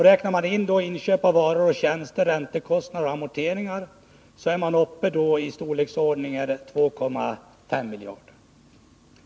Räknar man då in inköp av varor och tjänster, räntekostnader och amorteringar är man uppe i storleksordningen 2,6 miljarder.